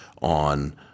on